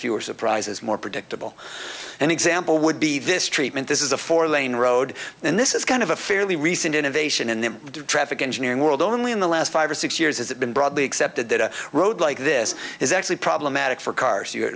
fewer surprises more predictable an example would be this treatment this is a four lane road and this is kind of a fairly recent innovation in the traffic engineering world only in the last five or six years has it been broadly did a road like this is actually problematic for cars you